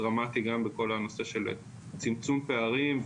דרמטי גם בכל הנושא של צמצום פערים,